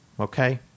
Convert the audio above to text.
Okay